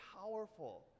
powerful